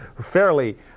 fairly